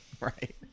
Right